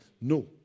No